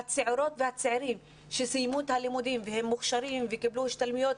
הצעירות והצעירים שסיימו את הלימודים והם מוכשרים וקיבלו השתלמויות